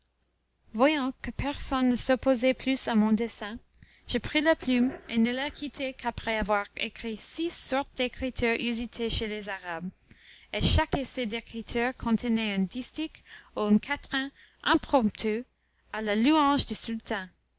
voyant que personne ne s'opposait plus à mon dessein je pris la plume et ne la quittai qu'après avoir écrit six sortes d'écritures usitées chez les arabes et chaque essai d'écriture contenait un distique ou un quatrain impromptu à la louange du sultan